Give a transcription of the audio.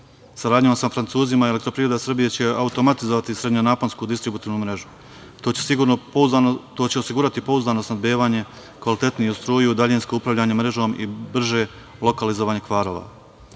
Saradnjom sa Francuzima, Elektroprivreda Srbije će automatizovati srednjenaponsku distributivnu mrežu. To će osigurati pouzdano snabdevanje, kvalitetniju struju, daljinsko upravljanje mrežom i brže lokalizovanje kvarova.